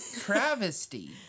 Travesty